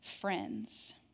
friends